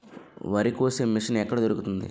వరి కోసే మిషన్ ఎక్కడ దొరుకుతుంది?